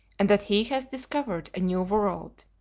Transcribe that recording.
and that he has discovered a new world.